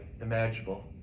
imaginable